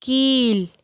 கீழ்